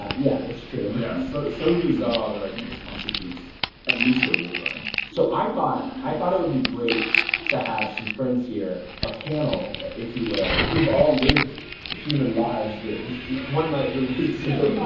yeah yeah, that's true. yeah, so so bizarre that i think this constitutes at least a war crime so i thought i thought it would be great to have some friends here a panel if you will who've all lived human lives that one might relate to.